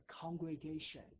congregation